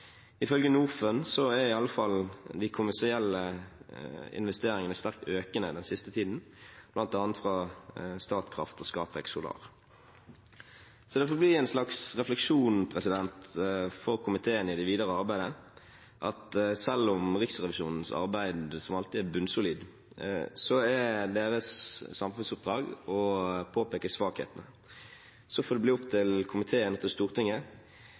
Ifølge Norfund har iallfall de kommersielle investeringene vært sterkt økende den siste tiden, bl.a. fra Statkraft og Scatec Solar. Det får bli en slags refleksjon for komiteen i det videre arbeidet at selv om Riksrevisjonens arbeid alltid er bunnsolid, er deres samfunnsoppdrag å påpeke svakhetene. Så får det bli opp til komiteen og til Stortinget